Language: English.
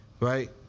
right